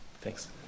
Thanks